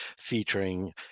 featuring